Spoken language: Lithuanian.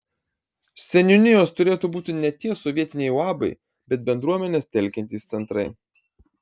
seniūnijos turėtų būti ne tie sovietiniai uabai bet bendruomenes telkiantys centrai